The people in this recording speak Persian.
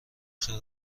خیر